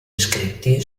iscritti